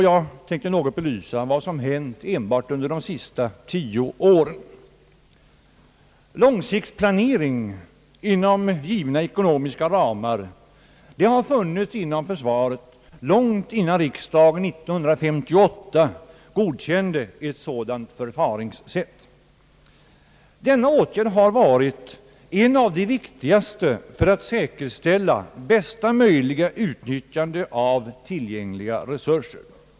Jag tänkte något belysa vad som hänt enbart under de senaste tio åren. Långsiktsplanering inom givna ekonomiska ramar har funnits inom försvaret långt innan riksdagen 1958 gick in för detta förfaringssätt. Denna åtgärd har varit en av de viktigaste för att säkerställa bästa möjliga utnyttjande av tillgängliga resurser.